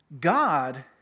God